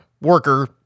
worker